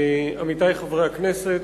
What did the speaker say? עמיתי חברי הכנסת,